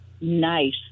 Nice